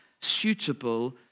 suitable